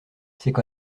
quand